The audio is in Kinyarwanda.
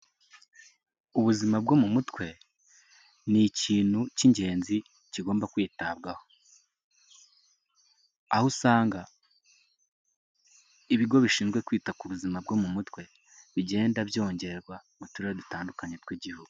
Ubuzima bwo mu mutwe, ni ikintu cy'ingenzi kigomba kwitabwaho, aho usanga ibigo bishinzwe kwita ku buzima bwo mu mutwe, bigenda byongerwa mu turere dutandukanye tw'igihugu.